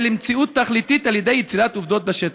למציאות תכליתית על-ידי יצירת עובדות בשטח.